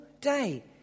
day